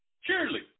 Surely